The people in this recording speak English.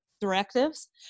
directives